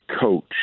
coach